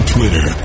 Twitter